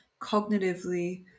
cognitively